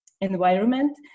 environment